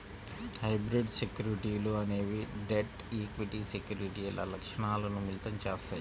hybrid సెక్యూరిటీలు అనేవి debt, equity సెక్యూరిటీల లక్షణాలను మిళితం చేత్తాయి